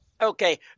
Okay